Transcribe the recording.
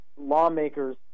lawmakers